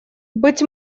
быть